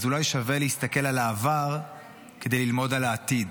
אז אולי שווה להסתכל על העבר כדי ללמוד על העתיד,